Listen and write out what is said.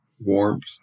warmth